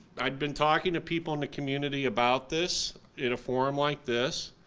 i'd been talking to people in the community about this, in a forum like this,